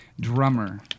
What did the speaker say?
drummer